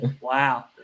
Wow